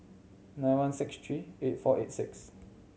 nine one six three eight four eight six